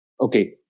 Okay